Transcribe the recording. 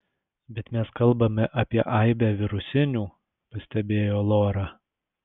bet mes kalbame apie aibę virusinių pastebėjo lora